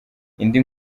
indi